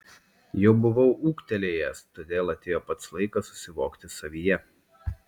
jau buvau ūgtelėjęs todėl atėjo pats laikas susivokti savyje